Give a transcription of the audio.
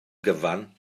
gyfan